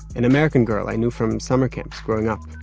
an american girl i knew from summer camps growing up